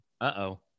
uh-oh